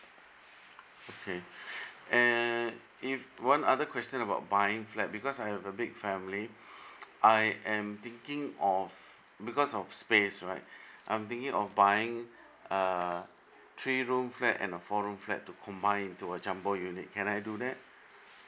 okay and if one other question about buying flat because I have a big family I am thinking of because of space right I'm thinking of buying a three room flat and a four room flat to combine into a jumbo unit can I do that